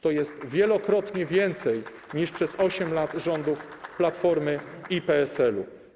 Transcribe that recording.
To jest wielokrotnie więcej niż przez 8 lat rządów Platformy i PSL-u.